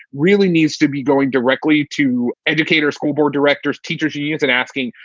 really needs to be going directly to educators, school board directors, teachers unions and asking,